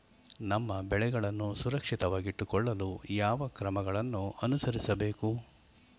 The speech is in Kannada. ನಮ್ಮ ಬೆಳೆಗಳನ್ನು ಸುರಕ್ಷಿತವಾಗಿಟ್ಟು ಕೊಳ್ಳಲು ಯಾವ ಕ್ರಮಗಳನ್ನು ಅನುಸರಿಸಬೇಕು?